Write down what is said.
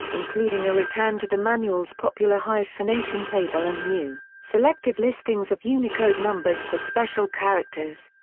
including a return to the manual's popular hyphenation table and new, selective listings of unicode numbers for special characters.